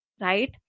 right